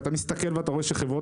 אתה מסתכל ורואה שגם חברות